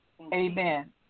Amen